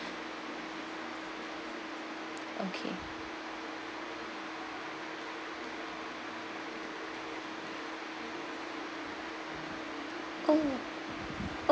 okay oh